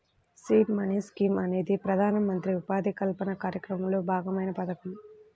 seed money scheme అనేది ప్రధానమంత్రి ఉపాధి కల్పన కార్యక్రమంలో భాగమైన పథకం